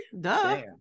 Duh